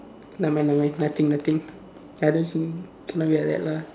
nevermind nevermind nothing nothing cannot see cannot be like that lah